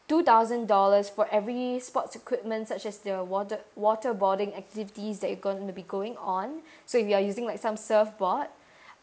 two thousand dollars for every sports equipment such as the water~ water boarding activities that you going to be going on so if you're using like some surf board